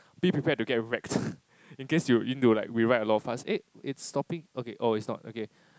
be prepared to get wrecked in case you need to like rewrite a lot of points eh it's stopping okay oh it's not okay